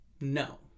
No